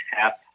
tap